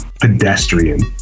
pedestrian